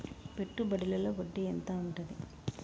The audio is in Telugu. పెట్టుబడుల లో వడ్డీ ఎంత ఉంటది?